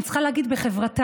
אני צריכה להגיד בחברתם,